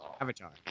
Avatar